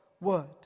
word